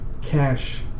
cash